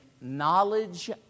knowledge